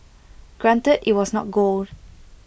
granted IT was not gold